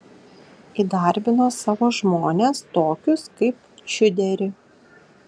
įdarbino savo žmones tokius kaip čiuderį